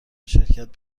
شرکت